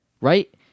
right